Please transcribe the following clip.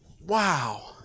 wow